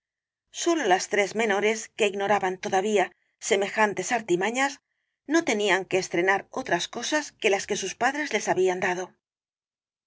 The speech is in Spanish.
sólo las tres menores que ignoraban todavía semejantes artimañas no tenían que estrenar otras cosas que las que sus padres les habían dado